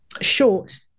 short